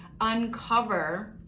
uncover